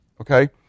Okay